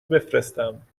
بفرستم